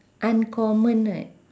uncommon right